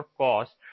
cost